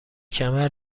کمر